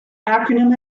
acronym